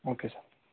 okay sir